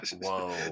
Whoa